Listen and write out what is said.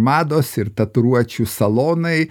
mados ir tatuiruočių salonai